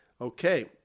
Okay